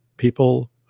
people